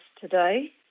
today